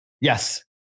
Yes